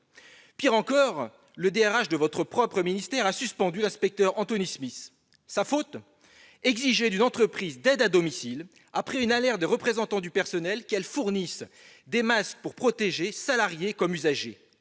ressources humaines de votre ministère a suspendu l'inspecteur Anthony Smith. Sa « faute »? Exiger d'une entreprise d'aide à domicile, après une alerte des représentants du personnel, qu'elle fournisse des masques pour protéger salariés comme usagers-